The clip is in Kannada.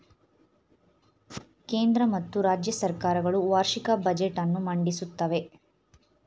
ಕೇಂದ್ರ ಮತ್ತು ರಾಜ್ಯ ಸರ್ಕಾರ ಗಳು ವಾರ್ಷಿಕ ಬಜೆಟ್ ಅನ್ನು ಮಂಡಿಸುತ್ತವೆ